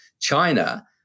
China